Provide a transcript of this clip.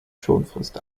schonfrist